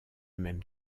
même